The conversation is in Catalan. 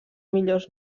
millors